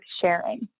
sharing